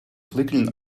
flickering